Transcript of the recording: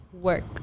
work